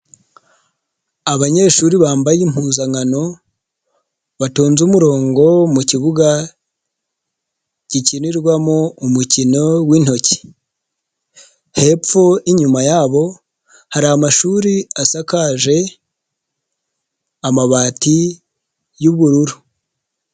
Abanyeshuri bambaye impuzankano batonze umurongo mu kibuga gikinirwamo umukino w'intoki, hepfo inyuma yabo hari amashuri asakaje amabati y'ubururu.